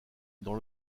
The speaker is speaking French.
dans